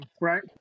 Right